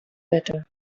better